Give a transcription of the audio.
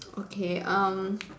okay um